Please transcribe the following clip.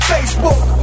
Facebook